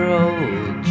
old